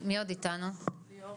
ליאור